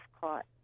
caught